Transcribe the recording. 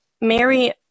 Mary